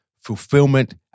fulfillment